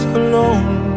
alone